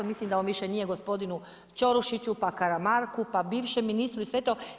Mislim da on više nije gospodinu Čorušiću, pa Karamarku, pa bivšem ministru i sve to.